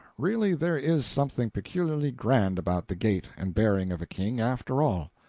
really there is something peculiarly grand about the gait and bearing of a king, after all.